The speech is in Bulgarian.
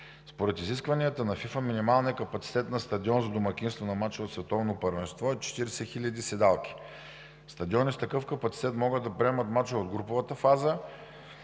Според изискванията на ФИФА минималният капацитет на стадион за домакинство на мач от Световно първенство е 40 хиляди седалки. Стадиони с такъв капацитет могат да приемат мачове от груповата фаза